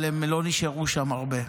אבל הם לא נשארו שם הרבה.